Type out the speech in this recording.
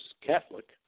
Catholic